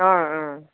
অঁ অঁ